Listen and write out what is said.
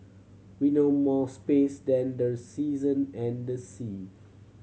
we know more space than the season and the sea